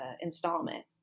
installment